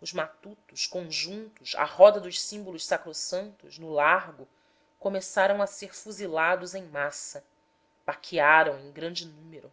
os matutos conjuntos à roda dos símbolos sacrossantos no largo começaram a ser fuzilados em massa baquearam em grande número